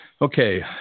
Okay